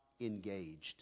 engaged